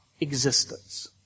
existence